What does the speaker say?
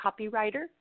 copywriter